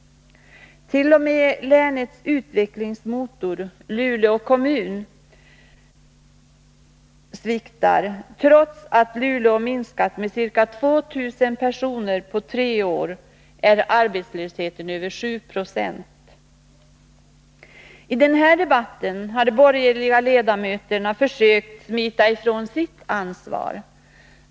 T. o. m. länets ”utvecklingsmotor” — Luleå kommun -— sviktar. Trots att Luleås befolkning minskat med ca 2 000 personer på tre år är arbetslösheten över 7 Po. I den här debatten har de borgerliga ledamöterna försökt att smita ifrån sitt ansvar.